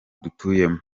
dutuyemo